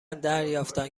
دریافتم